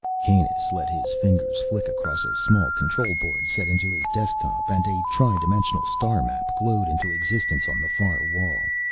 kanus let his fingers flick across a small control board set into his desktop, and a tri-dimensional star map glowed into existence on the far wall.